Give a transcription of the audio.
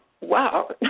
wow